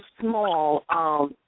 small